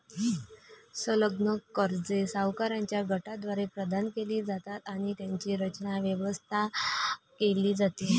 संलग्न कर्जे सावकारांच्या गटाद्वारे प्रदान केली जातात आणि त्यांची रचना, व्यवस्था केली जाते